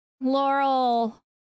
laurel